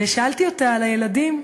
ושאלתי אותה על הילדים,